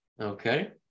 okay